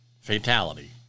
Fatality